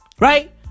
Right